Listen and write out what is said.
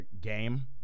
game